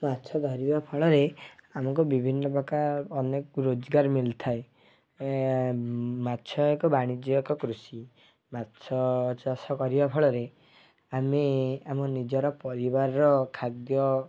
ମାଛ ଧରିବା ଫଳରେ ଆମକୁ ବିଭିନ୍ନପ୍ରକାର ଅନେକ ରୋଜଗାର ମିଳିଥାଏ ମାଛ ଏକ ବାଣିଜ୍ୟକ ଏକ କୃଷି ମାଛ ଚାଷ କରିବା ଫଳରେ ଆମେ ଆମ ନିଜର ପରିବାରର ଖାଦ୍ୟ